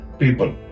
people